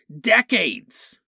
decades